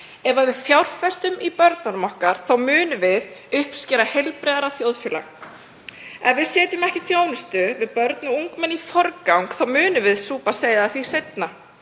Ef við fjárfestum í börnunum okkar þá munum við uppskera heilbrigðara þjóðfélag. Ef við setjum ekki þjónustu við börn og ungmenni í forgang þá munum við súpa seyðið af því seinna.